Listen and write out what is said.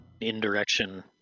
indirection